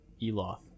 Eloth